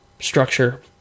structure